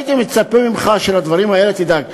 הייתי מצפה ממך שלדברים האלה תדאג.